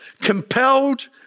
compelled